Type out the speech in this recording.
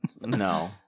No